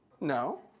no